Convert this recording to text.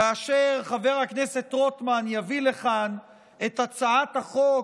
כאשר חבר הכנסת רוטמן יביא לכאן את הצעת החוק